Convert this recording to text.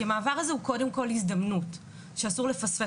כי המעבר הזה הוא קודם כל הזדמנות שאסור לפספס.